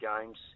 games